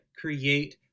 create